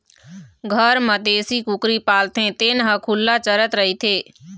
घर म देशी कुकरी पालथे तेन ह खुल्ला चरत रहिथे